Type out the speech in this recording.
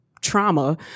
trauma